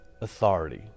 authority